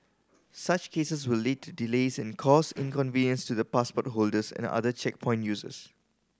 such cases will lead to delays and cause inconvenience to the passport holders and other checkpoint users